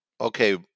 Okay